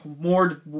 more